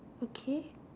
okay